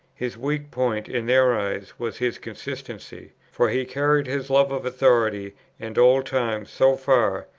his weak point, in their eyes, was his consistency for he carried his love of authority and old times so far,